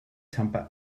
tampa